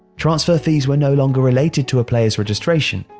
transfer fees were no longer related to a player's registration,